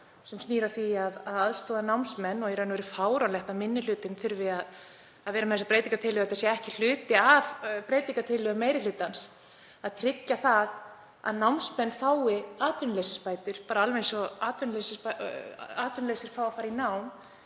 og snýr að því að aðstoða námsmenn. Það er í raun og veru fáránlegt að minni hlutinn þurfi að vera með þessa breytingartillögu, að þetta sé ekki hluti af breytingartillögum meiri hlutans til að tryggja það að námsmenn fái atvinnuleysisbætur, alveg eins og atvinnulausir fá að fara í nám.